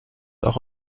auch